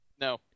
no